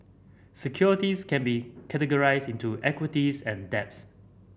securities can be categorized into equities and debts